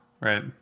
Right